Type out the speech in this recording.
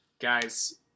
Guys